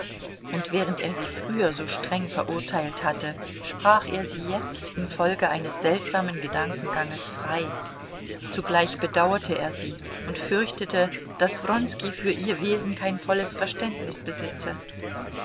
und während er sie früher so streng verurteilt hatte sprach er sie jetzt infolge eines seltsamen gedankenganges frei zugleich bedauerte er sie und fürchtete daß wronski für ihr wesen kein volles verständnis besitze